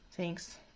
Thanks